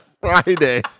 Friday